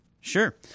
Sure